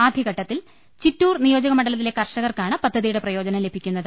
ആദ്യഘട്ടത്തിൽ ചിറ്റൂർ നിയോജക മണ്ഡലത്തിലെ കർഷകർക്കാണ് പദ്ധതിയുടെ പ്രയോജനം ലഭി ക്കുന്നത്